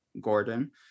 Gordon